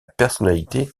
personnalité